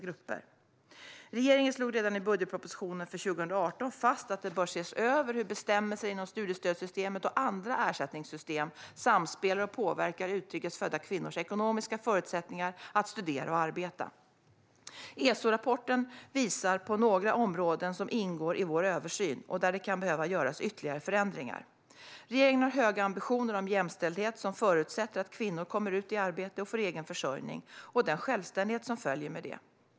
Regeringen slog redan i budgetpropositionen för 2018 fast att det bör ses över hur bestämmelserna inom studiestödssystemet och andra ersättningssystem samspelar och påverkar utrikes födda kvinnors ekonomiska förutsättningar att studera och arbeta. ESO-rapporten visar på några områden som ingår i vår översyn och där det kan behöva göras ytterligare förändringar. Regeringen har höga ambitioner om jämställdhet som förutsätter att kvinnor kommer ut i arbete och får egen försörjning och den självständighet som följer med detta.